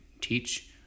teach